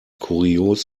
kurios